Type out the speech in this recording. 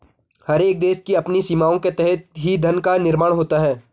हर एक देश की अपनी सीमाओं के तहत ही धन का निर्माण होता है